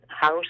House